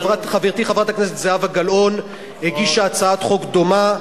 חברתי חברת הכנסת זהבה גלאון הגישה הצעת חוק דומה,